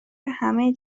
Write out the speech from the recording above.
همه